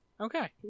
okay